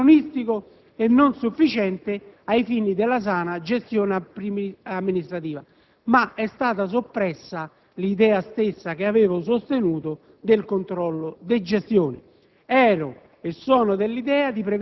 di legittimità, ritenuto anacronistico e non sufficiente ai fini della sana gestione amministrativa. È stata però soppressa l'idea stessa, che avevo sostenuto, del controllo di gestione: